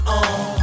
on